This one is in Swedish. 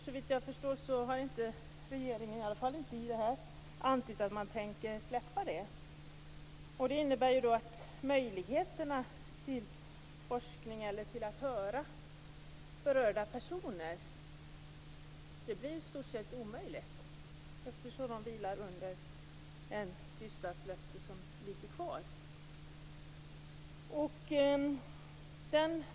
Såvitt jag förstår har inte regeringen, i alla fall inte i svaret, antytt att man tänker lätta på tystnadslöftet. Det innebär ju att det blir i stort sett omöjligt att höra berörda personer, eftersom de vilar under ett tystnadslöfte som ligger kvar.